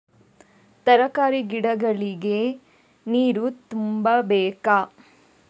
ತರಕಾರಿ ಗಿಡಗಳಿಗೆ ನೀರು ತುಂಬಬೇಕಾ?